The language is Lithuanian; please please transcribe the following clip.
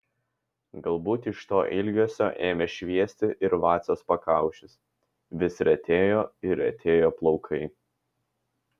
galbūt iš to ilgesio ėmė šviesti ir vaciaus pakaušis vis retėjo ir retėjo plaukai